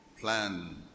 plan